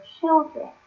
children